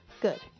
Good